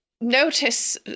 notice